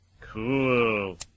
Cool